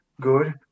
good